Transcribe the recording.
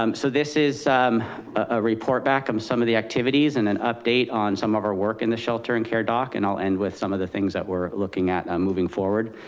um so this is a report back on um some of the activities and an update on some of our work in the shelter and care doc. and i'll end with some of the things that we're looking at moving forward.